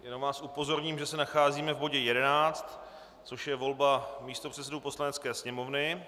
Jenom vás upozorním, že se nacházíme v bodě 11, což je volba místopředsedů Poslanecké sněmovny.